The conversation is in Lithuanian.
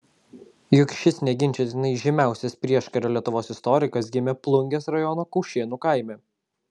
juk šis neginčytinai žymiausias prieškario lietuvos istorikas gimė plungės rajono kaušėnų kaime